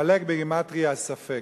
עמלק בגימטריה, ספק.